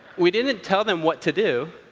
we didn't tell them what to do,